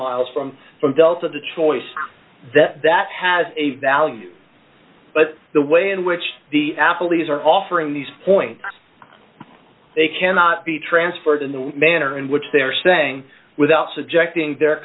miles from delta to choice that that has a value but the way in which the apple e's are offering these points they cannot be transferred in the manner in which they're saying without subjecting their